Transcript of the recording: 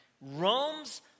Rome's